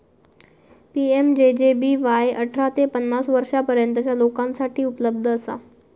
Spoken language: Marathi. पी.एम.जे.जे.बी.वाय अठरा ते पन्नास वर्षांपर्यंतच्या लोकांसाठी उपलब्ध असा